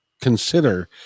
consider